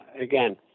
again